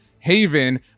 Haven